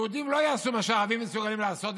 יהודים לא יעשו מה שערבים מסוגלים לעשות,